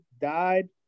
died